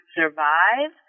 survive